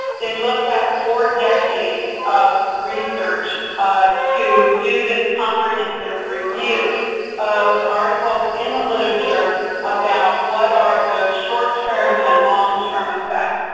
they looked at four decades of research to do this comprehensive review of articles in the literature about what are those short-term and long-term effects.